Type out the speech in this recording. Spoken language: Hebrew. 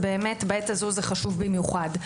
בעת הזו זה חשוב במיוחד.